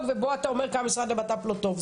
ובו אתה אומר כמה משרד הבט"פ לא טוב.